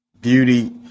beauty